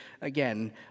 again